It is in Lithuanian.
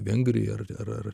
vengrija ir